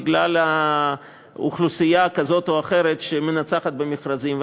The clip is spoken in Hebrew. בגלל אוכלוסייה כזאת או אחרת שמנצחת במכרזים.